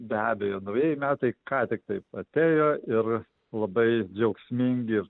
be abejo naujieji metai ką tik taip atėjo ir labai džiaugsmingi